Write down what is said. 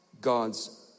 God's